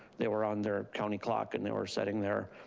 they were on the county clock and they were sitting there,